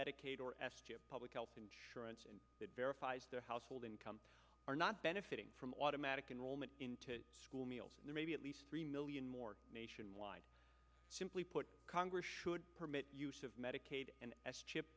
medicaid or eschew public health insurance and that verifies their household income are not benefiting from automatic enrollment in to school meals and there may be at least three million more nationwide simply put congress should permit use of medicaid and s chip